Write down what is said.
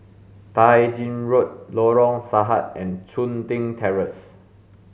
Tai Gin Road Lorong Sarhad and Chun Tin Terrace